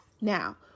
Now